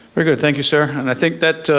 very good, thank you sir. and i think